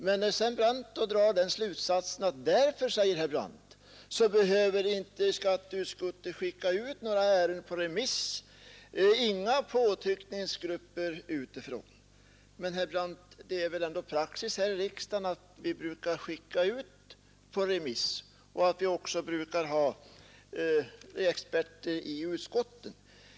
Men sedan drar herr Brandt slutsatsen att därför behöver inte skatteutskottet skicka ut några ärenden på remiss — inga påtryckningsgrupper utifrån! Men, herr Brandt, det är väl ändå praxis här i riksdagen att vi skickar ut motioner o. d. på remiss och också att vi har experter i utskotten.